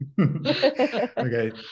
Okay